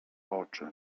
oczy